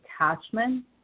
attachment